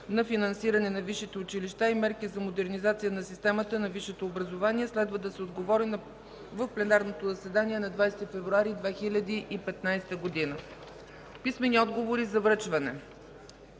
на финансиране на висшите училища и мерки за модернизация на системата на висшето образование. Следва да се отговори в пленарното заседание на 20 февруари 2015 г. Писмени отговори за връчване